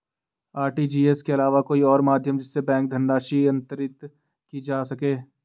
RTGS के अलावा कोई और माध्यम जिससे बैंक धनराशि अंतरित की जा सके?